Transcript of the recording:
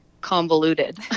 convoluted